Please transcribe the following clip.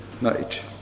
night